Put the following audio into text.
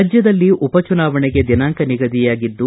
ರಾಜ್ಯದಲ್ಲಿ ಉಪ ಚುನಾವಣೆಗೆ ದಿನಾಂಕ ನಿಗದಿಯಾಗಿದ್ದು